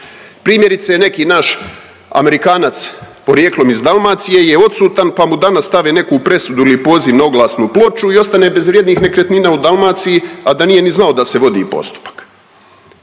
Primjerice neki naš Amerikanac poprijekom iz Dalmacije je odsutan pa mu danas stave neku presudu ili poziv na oglasnu ploču i ostane bez vrijednih nekretnina u Dalmaciji, a da nije ni znao da se vodi postupak.